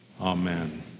Amen